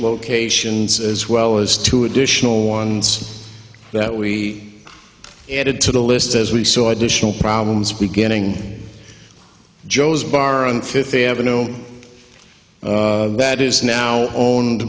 locations as well as two additional ones that we added to the list as we saw additional problems beginning joe's bar on fifth avenue that is now owned